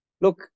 Look